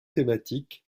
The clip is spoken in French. thématique